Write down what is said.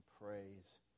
praise